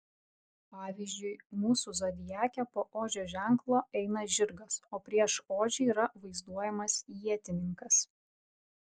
pavyzdžiui mūsų zodiake po ožio ženklo eina žirgas o prieš ožį yra vaizduojamas ietininkas